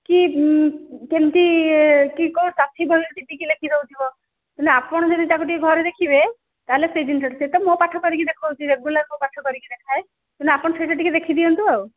କି କେମିତି କି କ'ଣ ଲେଖିଦେଉଥିବ ତେଣୁ ଆପଣ ଯଦି ତାକୁ ଟିକିଏ ଘରେ ଦେଖିବେ ତା'ହେଲେ ସେ ଜିନିଷଟା ସେ ତ ମୋ ପାଠ କରିକି ଦେଖାଉଛି ରେଗୁଲାର୍ ମୋ ପାଠ କରିକି ଦେଖାଏ ତେଣୁ ଆପଣ ସେଇଟା ଟିକିଏ ଦେଖିଦିଅନ୍ତୁ ଆଉ